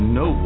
no